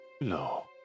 No